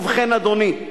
ובכן אדוני,